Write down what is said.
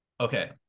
Okay